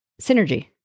synergy